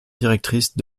directrice